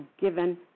given